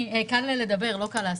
קל לדבר, לא קל לעשות.